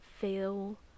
feel